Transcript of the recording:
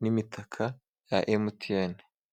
n'imitaka ya MTN.